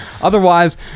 otherwise